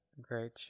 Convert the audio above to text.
Great